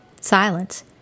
Silence